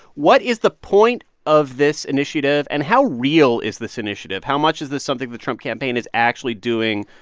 what is the point of this initiative, and how real is this initiative? how much is this something the trump campaign is actually doing,